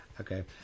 Okay